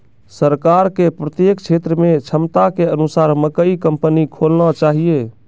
सरकार के प्रत्येक क्षेत्र मे क्षमता के अनुसार मकई कंपनी खोलना चाहिए?